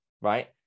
right